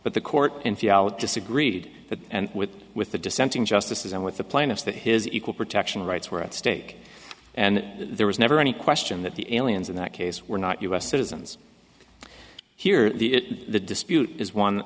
but the court disagreed that and with with the dissenting justices and with the plaintiffs that his equal protection rights were at stake and there was never any question that the aliens in that case were not u s citizens here the the dispute is one